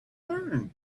learn